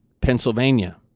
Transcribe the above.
Pennsylvania